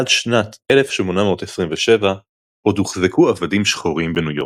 עד שנת 1827 עוד הוחזקו עבדים שחורים בניו יורק,